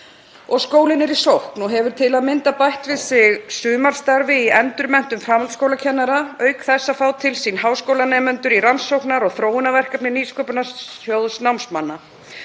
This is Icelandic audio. Skólinn er í sókn og hefur til að mynda bætt við sig sumarstarfi í endurmenntun framhaldsskólakennara auk þess að fá til sín háskólanemendur í rannsóknar- og þróunarverkefni Nýsköpunarsjóðs námsmanna.